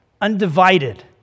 undivided